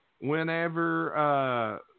whenever